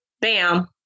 bam